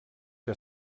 que